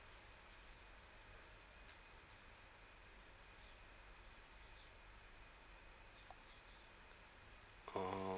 orh